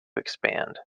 expand